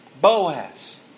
Boaz